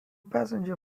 passenger